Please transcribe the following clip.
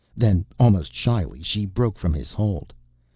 then, almost shyly, she broke from his hold.